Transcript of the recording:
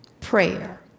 Prayer